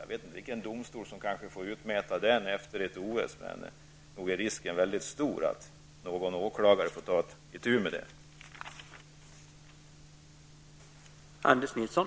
Jag vet inte vilken domstol som kanske får ta ställning till det efter ett OS, men nog är risken väldigt stor att en åklagare får ta itu med saken.